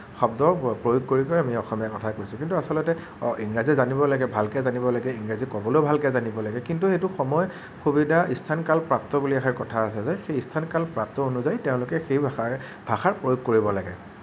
শব্দও প্ৰয়োগ কৰি কৰি আমি অসমীয়া কথাই কৈছোঁ কিন্তু আচলতে ইংৰাজী জানিব লাগে ভালকে জানিব লাগে ইংৰাজী ক'বলৈও ভালকে জানিব লাগে কিন্তু সেইটো সময় সুবিধা ইস্থান কাল পাত্ৰ বুলি এষাৰ কথা আছে যে সেই ইস্থান কাল পাত্ৰ অনুযায়ী তেওঁলোকে সেই ভাষা ভাষাৰ প্ৰয়োগ কৰিব লাগে